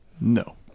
No